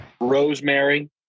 rosemary